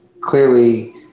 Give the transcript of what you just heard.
clearly